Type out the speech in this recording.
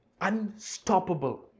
Unstoppable